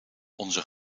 onze